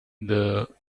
the